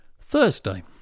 Thursday